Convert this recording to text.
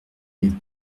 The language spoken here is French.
mes